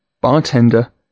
bartender